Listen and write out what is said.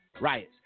riots